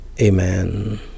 Amen